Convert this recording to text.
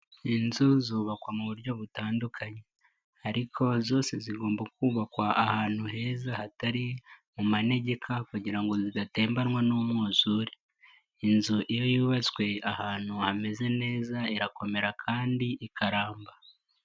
Inzu zubakwa mu buryo butandukanye, ariko zose zigomba kubakwa ahantu heza hatari mu manegeka kugira ngo zidatembanwa n'umwuzure. Inzu iyo yubatswe ahantu hameze neza irakomera kandi ikaramba.